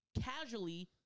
casually